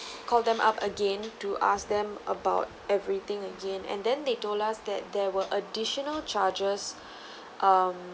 call them up again to ask them about everything again and then they told us that there were additional charges um